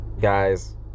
Guys